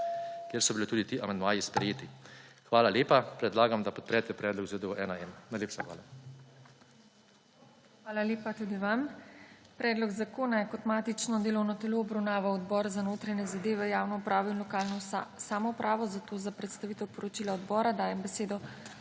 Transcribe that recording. kjer so bili tudi ti amandmaji sprejeti. Hvala lepa. Predlagam, da podprete predlog ZDU1M. Najlepša hvala. PODPREDSEDNICA TINA HEFERELE: Hvala lepa tudi vam. Predlog zakona je kot matično delovno telo obravnavo Odbor za notranje zadeve, javno upravo in lokalno samoupravo zato za predstavitev poročila odbora dajem besedo